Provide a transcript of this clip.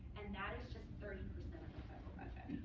and that is just thirty percent of the federal